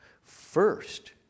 First